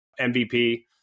MVP